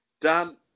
Dan